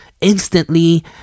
instantly